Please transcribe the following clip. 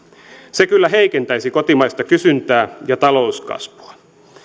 se kyllä heikentäisi kotimaista kysyntää ja talouskasvua